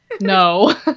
no